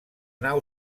nau